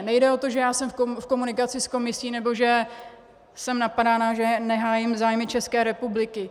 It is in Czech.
Nejde o to, že já jsem v komunikaci s Komisí, nebo že jsem napadána, že nehájím zájmy České republiky.